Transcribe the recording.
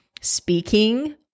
speaking